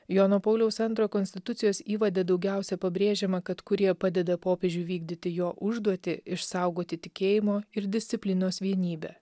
jono pauliaus antrojo konstitucijos įvade daugiausia pabrėžiama kad kurija padeda popiežiui vykdyti jo užduotį išsaugoti tikėjimo ir disciplinos vienybę